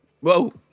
Whoa